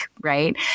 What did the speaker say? right